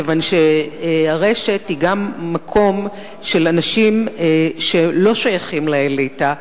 כיוון שהרשת היא גם מקום של אנשים שלא שייכים לאליטה,